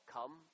Come